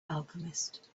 alchemist